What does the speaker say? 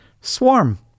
Swarm